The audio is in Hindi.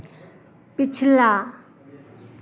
पिछला